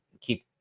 keep